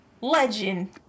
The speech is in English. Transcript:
legend